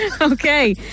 Okay